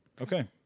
okay